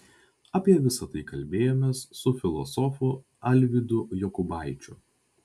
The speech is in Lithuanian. apie visa tai kalbėjomės su filosofu alvydu jokubaičiu